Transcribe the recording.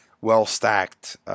well-stacked